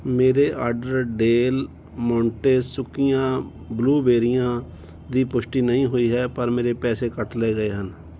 ਮੇਰੇ order Del Monte ਸੁੱਕੀਆਂ ਬਲੂਬੇਰੀਆਂ ਦੀ ਪੁਸ਼ਟੀ ਨਹੀਂ ਹੋਈ ਹੈ ਪਰ ਮੇਰੇ ਪੈਸੇ ਕੱਟ ਲਏ ਗਏ ਹਨ